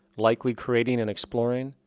likely creating and exploring.